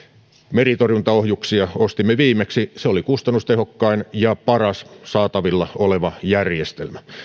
meritorjuntaohjuksia ostimme viimeksi se oli kustannustehokkain ja paras saatavilla oleva järjestelmä